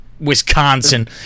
Wisconsin